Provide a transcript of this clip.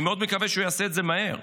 אני מאוד מקווה שהוא יעשה את זה מהר,